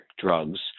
drugs